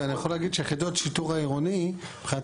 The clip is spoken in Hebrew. ואני יכול להגיד שיחידות השיטור העירוני מבחינת